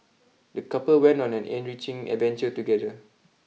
the couple went on an enriching adventure together